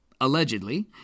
allegedly